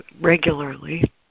regularly